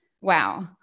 Wow